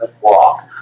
walk